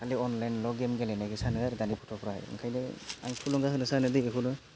खालि अनलाइनल' गेम गेलेनायखो सानो आरो दानि गथ'फोरा ओंखायनो आं थुलुंगा होनो सानो दि बेखौनो